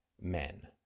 men